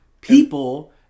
People